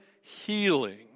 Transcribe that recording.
healing